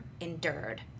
endured